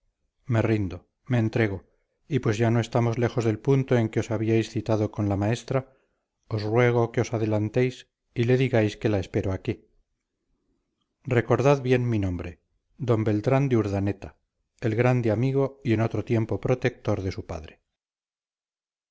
me rindo me entrego y pues ya no estamos lejos del punto en que os habíais citado con la maestra os ruego que os adelantéis y le digáis que la espero aquí recordad bien mi nombre d beltrán de urdaneta el grande amigo y en otro tiempo protector de su padre